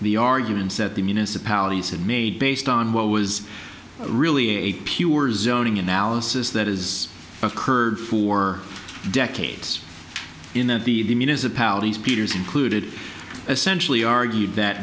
the arguments that the municipalities had made based on what was really a pure zoning analysis that is occurred for decades in that the municipalities peter's included essentially argued that